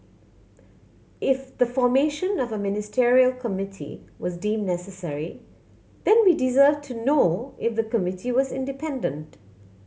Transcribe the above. if the formation of a Ministerial Committee was deemed necessary then we deserve to know if the committee was independent